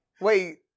Wait